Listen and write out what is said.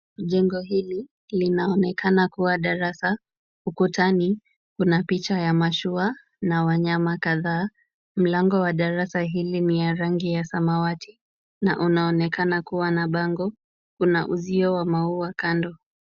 Jengo hili linaonekana kuwa darasa. Ukutani kuna picha ya mashua na wanyama kadhaa. Mlango wa darasa hili ni ya rangi ya samawati na unaonekana kuwa na bango. Kuna uzio wa maua kando.